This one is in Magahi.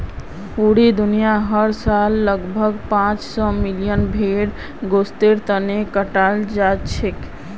पूरा दुनियात हर साल लगभग पांच सौ मिलियन भेड़ गोस्तेर तने कटाल जाछेक